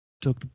took